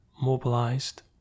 mobilized